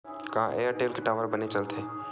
का एयरटेल के टावर बने चलथे?